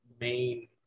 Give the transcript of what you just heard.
main